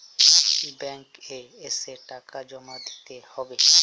Bank এ এসে টাকা জমা দিতে হবে?